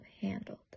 handled